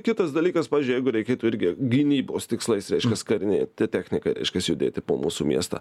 kitas dalykas pavyzdžiui jeigu reikėtų irgi gynybos tikslais reiškias karinė te technika reiškias judėti po mūsų miestą